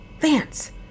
Vance